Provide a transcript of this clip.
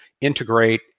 integrate